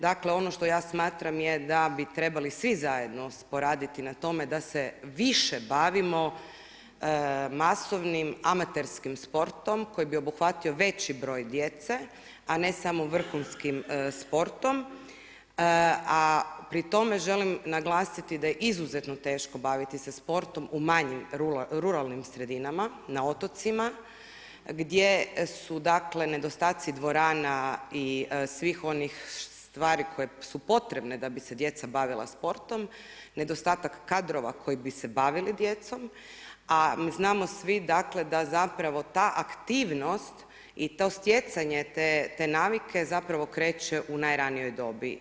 Dakle, ono što ja smatram je da bi trebali svi zajedno poraditi na tome da se više bavimo masovnim amaterskim sportom koji bi obuhvatio veći broj djece, a ne samo vrhunskim sportom, a pri tome želim naglasiti da je izuzetno teško baviti se sportom u manjim ruralnim sredinama, na otocima, gdje su nedostaci dvorana i svih onih stvari koje su potrebne da bi se djeca bavila sportom, nedostatak kadrova koji bi se bavili djecom, a znamo svi da zapravo ta aktivnost i to stjecanje te navike, zapravo kreće u najranijoj dobi.